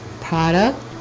product